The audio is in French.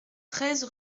treize